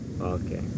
Okay